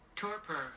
Torpor